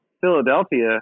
Philadelphia